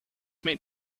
meet